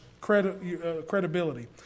credibility